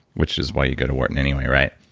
which is why you go to wharton anyway, right?